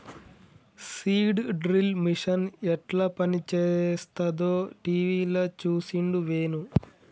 seed drill machine యెట్ల పనిచేస్తదో టీవీల చూసిండు వేణు